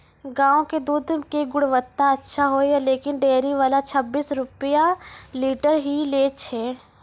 गांव के दूध के गुणवत्ता अच्छा होय या लेकिन डेयरी वाला छब्बीस रुपिया लीटर ही लेय छै?